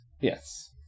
Yes